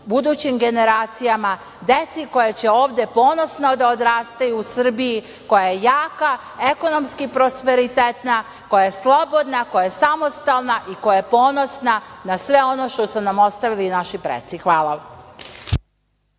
budućim generacijama, deci koja će ovde ponosno da odrastaju u Srbiji koja je jaka, ekonomski prosperitetna, koja je slobodna, koja samostalna i koja je ponosna, na sve ono što su nam ostavili naši preci. Hvala